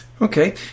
okay